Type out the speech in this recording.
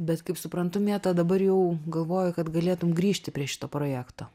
bet kaip suprantu mėta dabar jau galvoji kad galėtum grįžti prie šito projekto